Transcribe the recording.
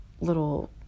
little